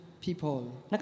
people